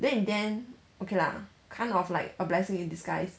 then in the end okay lah kind of like a blessing in disguise